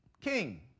king